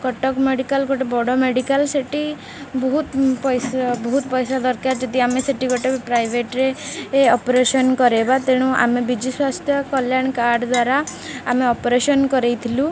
Cuttack medical ଗୋଟେ ବଡ଼ medical ସେଠି ବହୁତ ପଇସା ବହୁତ ପଇସା ଦରକାର ଯଦି ଆମେ ସେଠି ଗୋଟେ ପ୍ରାଇଭେଟ୍ରେ ଅପରେସନ୍ କରାଇବା ତେଣୁ ଆମେ ବିଜୁ ସ୍ୱାସ୍ଥ୍ୟ କଲ୍ୟାଣ କାର୍ଡ଼ ଦ୍ୱାରା ଆମେ ଅପରେସନ୍ କରାଇଥିଲୁ